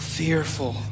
fearful